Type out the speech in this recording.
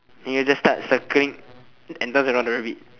then you all just start circling and dance around the rabbit